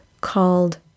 called